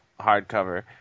hardcover